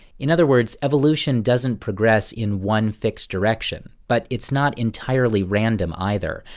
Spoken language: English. in other words, evolution doesn't progress in one fixed direction but it's not entirely random either.